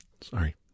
sorry